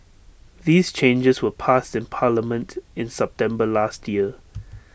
these changes were passed in parliament in September last year